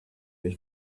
was